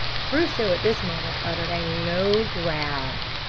crusoe at this moment uttered a low growl.